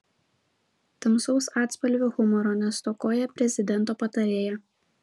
tamsaus atspalvio humoro nestokoja prezidento patarėja